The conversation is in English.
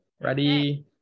ready